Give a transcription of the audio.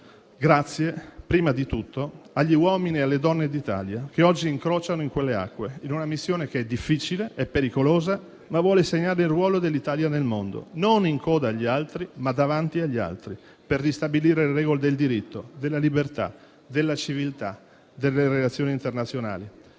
prima di tutto, agli uomini e alle donne d'Italia che oggi incrociano in quelle acque, in una missione che è difficile e pericolosa, ma vuole segnare il ruolo dell'Italia nel mondo, non in coda agli altri, ma davanti agli altri, per ristabilire le regole del diritto, della libertà, della civiltà, delle relazioni internazionali.